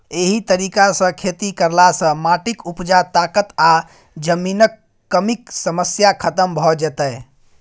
एहि तरीका सँ खेती करला सँ माटिक उपजा ताकत आ जमीनक कमीक समस्या खतम भ जेतै